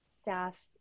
staff